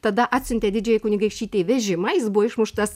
tada atsiuntė didžiajai kunigaikštytei vežimą jis buvo išmuštas